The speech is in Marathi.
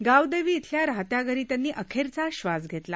गावदेवी धिल्या राहत्या घरी त्यांनी अखेरचा क्षास घेतला